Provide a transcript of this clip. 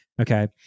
okay